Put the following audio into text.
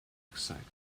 excitement